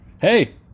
Hey